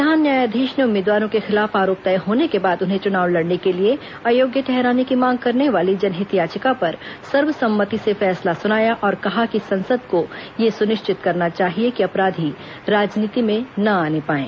प्रधान न्यायाधीश ने उम्मीदवारों के खिलाफ आरोप तय होने के बाद उन्हें चुनाव लड़ने के लिए अयोग्य ठहराने की मांग करने वाली जनहित याचिका पर सर्व सम्मति से फैसला सुनाया और कहा कि संसद को यह सुनिश्चित करना चाहिए कि अपराधी राजनीति में न आने पाएं